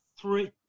three